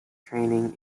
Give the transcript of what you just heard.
training